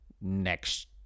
next